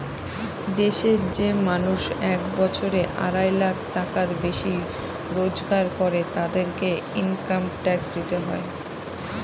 দেশের যে মানুষ এক বছরে আড়াই লাখ টাকার বেশি রোজগার করে, তাদেরকে ইনকাম ট্যাক্স দিতে হয়